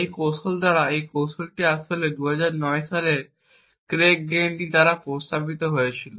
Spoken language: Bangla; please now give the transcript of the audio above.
একটি কৌশল দ্বারা এই কৌশলটি আসলে 2009 সালে ক্রেগ গেন্ট্রি দ্বারা প্রস্তাবিত হয়েছিল